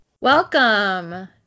Welcome